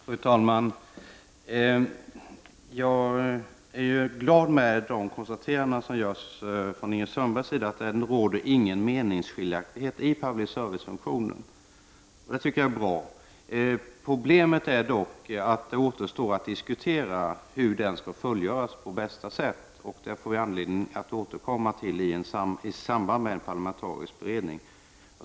Fru talman! Jag är glad över det konstaterande som Ingrid Sundberg gör, att det inte råder någon meningsskiljaktighet om public serivice-funktionen. Det är bra. Problemet är hur verksamheten skall bedrivas på bästa sätt — det återstår att diskutera. Det får vi anledning att återkomma till i samband med en parlamentarisk beredning.